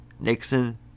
Nixon